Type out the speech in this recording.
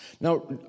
Now